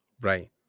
Right